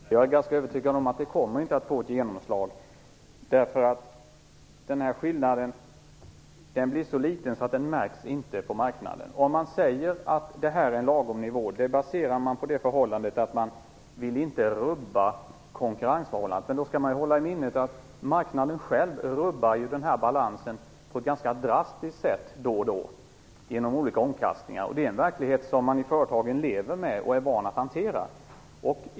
Herr talman! Jag är ganska övertygad om att det inte kommer att få ett genomslag. Skillnaden är så liten att den inte märks på marknaden. När man säger att det här är en lagom nivå grundar man sig på att man inte vill rubba konkurrensförhållandet. Då skall man hålla i minnet att marknaden själv rubbar balansen på ett ganska drastiskt sätt då och då genom olika omkastningar. Det är en verklighet som man lever med i företagen och är van att hantera.